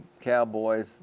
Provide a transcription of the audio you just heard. cowboys